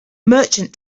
merchant